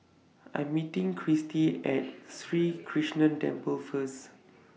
I'm meeting Christy At Sri Krishnan Temple First